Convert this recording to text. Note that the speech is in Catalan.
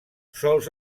sols